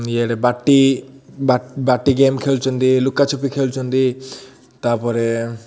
ଇଆଡ଼େ ବାଟି ବାଟି ଗେମ୍ ଖେଳୁଛନ୍ତି ଲୁକା ଛୁପି ଖେଳୁଛନ୍ତି ତା'ପରେ